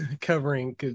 covering